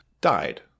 died